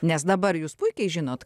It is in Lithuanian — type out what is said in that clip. nes dabar jūs puikiai žinot